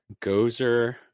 Gozer